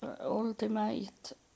ultimate